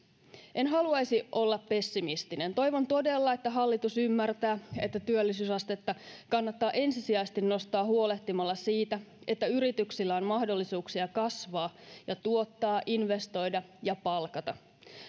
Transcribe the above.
en haluaisi olla pessimistinen toivon todella että hallitus ymmärtää että työllisyysastetta kannattaa ensisijaisesti nostaa huolehtimalla siitä että yrityksillä on mahdollisuuksia kasvaa ja tuottaa investoida ja palkata